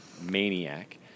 Maniac